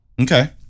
Okay